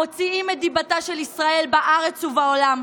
מוציאים את דיבתה של ישראל בארץ ובעולם,